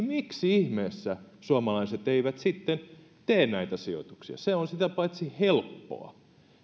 miksi ihmeessä suomalaiset eivät sitten tee näitä sijoituksia se on sitä paitsi helppoa